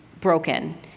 broken